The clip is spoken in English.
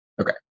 Okay